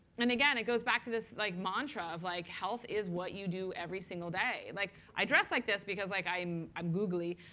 and again, it goes back to this like mantra of like health is what you do every single day. like i dress like this because like i'm i'm googly,